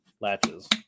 latches